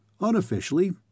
Unofficially